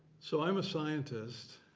so i'm a scientist.